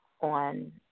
on